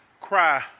cry